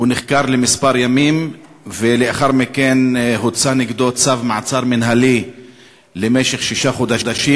נחקר כמה ימים ולאחר מכן הוצא נגדו צו מעצר מינהלי למשך שישה חודשים.